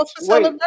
Wait